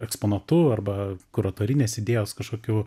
eksponatu arba kur autorinės idėjos kažkokiu